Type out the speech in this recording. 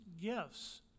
gifts